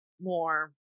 more